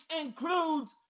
includes